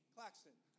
Claxton